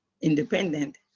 independent